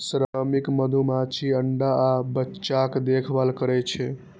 श्रमिक मधुमाछी अंडा आ बच्चाक देखभाल करै छै